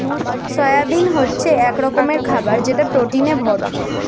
soybean হচ্ছে এক রকমের খাবার যেটা প্রোটিনে ভরপুর